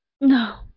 No